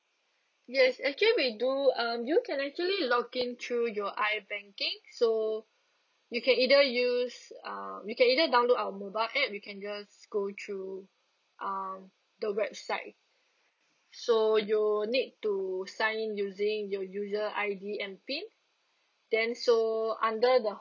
yes actually we do um you can actually log in through your I banking so you can either use uh you can either download our mobile app you can just go through um the website so you need to sign in using your user I_D and PIN then so under the